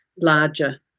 larger